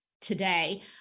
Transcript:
today